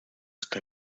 está